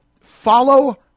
follow